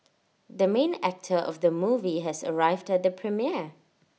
the main actor of the movie has arrived at the premiere